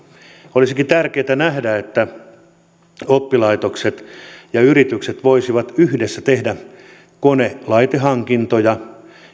olisikin tärkeää nähdä että oppilaitokset ja yritykset voisivat yhdessä tehdä kone laitehankintoja